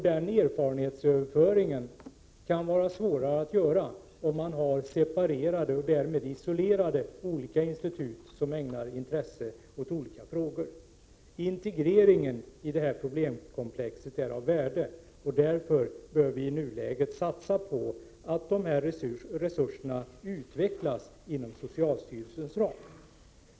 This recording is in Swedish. Den erfarenhetsöverföringen kan vara svårare att göra om man har separerade, och därmed isolerade, institut som ägnar intresse åt olika frågor. Integrering är av värde i detta problemkomplex. Därför bör vi i nuläget satsa på en utveckling av dessa resurser inom socialstyrelsens ram.